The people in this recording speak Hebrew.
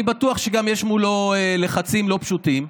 אני בטוח שגם מולו יש לחצים לא פשוטים,